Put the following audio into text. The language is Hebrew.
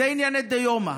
זה, ענייני דיומא.